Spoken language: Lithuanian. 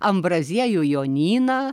ambraziejų jonyną